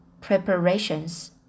preparations